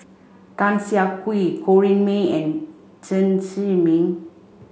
Tan Siah Kwee Corrinne May and Chen Zhiming